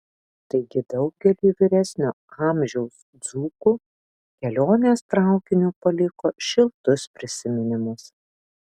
taigi daugeliui vyresnio amžiaus dzūkų kelionės traukiniu paliko šiltus prisiminimus